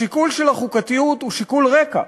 השיקול של החוקתיות הוא שיקול רקע,